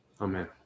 Amen